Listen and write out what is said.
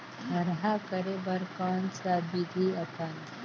थरहा करे बर कौन सा विधि अपन?